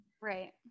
right